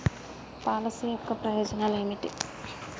Policy యొక్క ప్రయోజనాలు ఏమిటి?